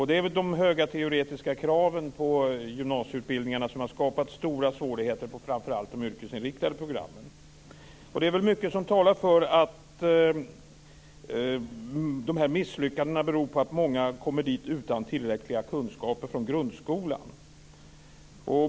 Det är de höga teoretiska kraven i gymnasieutbildningarna som har skapat stora svårigheter för framför allt elever på de yrkesinriktade programmen. Det är mycket som talar för att dessa misslyckanden beror på att många kommer till gymnasiet utan tillräckliga kunskaper från grundskolan.